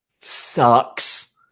sucks